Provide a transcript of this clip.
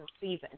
season